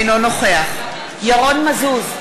אינו נוכח ירון מזוז,